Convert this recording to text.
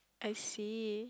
I see